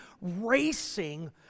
racing